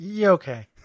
okay